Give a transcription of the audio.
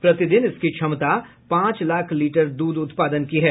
प्रतिदिन इसकी क्षमता पांच लाख लीटर दूध उत्पादन की है